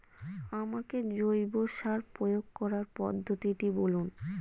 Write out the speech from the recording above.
আমাকে জৈব সার প্রয়োগ করার পদ্ধতিটি বলুন?